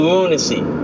Lunacy